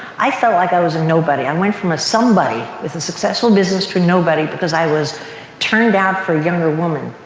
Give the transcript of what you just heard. i felt like i was a nobody. i um went from a somebody with a successful business to a nobody because i was turned down for a younger woman.